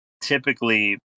typically